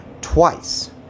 twice